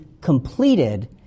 completed